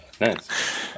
Nice